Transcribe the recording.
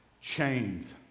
Chains